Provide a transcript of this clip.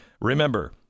Remember